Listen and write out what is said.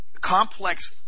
complex